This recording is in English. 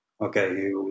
okay